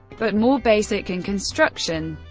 but more basic in construction,